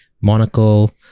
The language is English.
Monocle